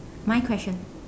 my question